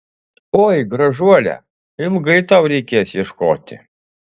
oi gražuole ilgai tau reikės ieškoti